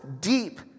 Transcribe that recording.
deep